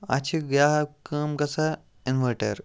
اَتھ چھِ بیٛاکھ کٲم گژھان اِنوٲرٹَر